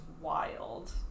wild